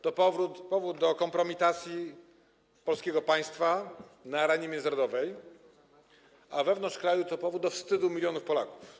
To powód do kompromitacji polskiego państwa na arenie międzynarodowej, a wewnątrz kraju to powód do wstydu milionów Polaków.